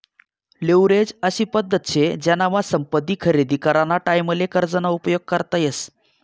leverage अशी पद्धत शे जेनामा संपत्ती खरेदी कराना टाईमले कर्ज ना उपयोग करता येस